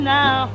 now